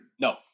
No